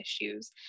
issues